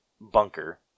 bunker